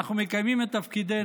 אנחנו מקיימים את תפקידנו.